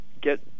get